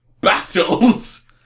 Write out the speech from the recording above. Battles